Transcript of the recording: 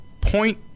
Point